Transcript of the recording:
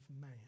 man